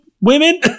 women